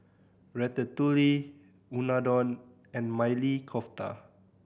Ratatouille Unadon and Maili Kofta